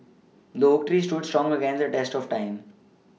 the oak tree stood strong against the test of time